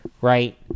Right